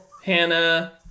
Hannah